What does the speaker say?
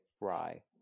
Rye